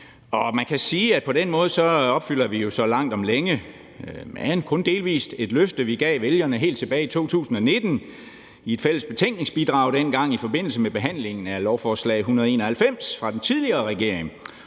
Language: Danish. Man kan sige, at vi på den måde langt om længe opfylder, men kun delvis, et løfte, vi gav vælgerne helt tilbage i 2019 i et fælles betænkningsbidrag dengang i forbindelse med behandlingen af lovforslag nr. 191 fra den tidligere regering,